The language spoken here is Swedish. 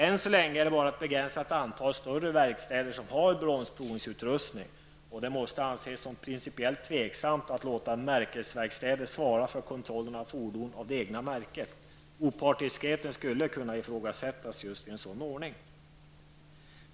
Ännu så länge är det bara ett begränsat antal större verkstäder som har bromsprovningsutrustning. Det måste anses principiellt tveksamt att låta märkesverkstäder svara för kontrollen av fordon av det egna märket. Opartiskheten skulle kunna ifrågasättas vid en sådan ordning.